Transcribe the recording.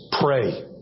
pray